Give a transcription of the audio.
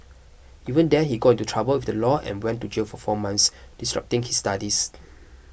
even there he got into trouble with the law and went to jail for four months disrupting his studies